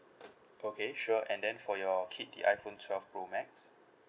okay sure and then for your kid the iphone twelve pro max